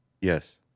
Yes